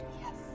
Yes